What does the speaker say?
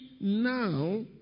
now